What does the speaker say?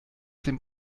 dem